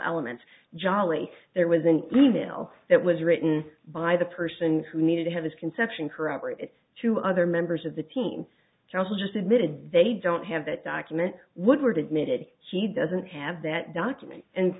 elements jolly there was an e mail that was written by the person who needed to have this conception corroborate it to other members of the team counsel just admitted they don't have that document woodward admitted he doesn't have that document and